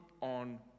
on